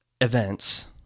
events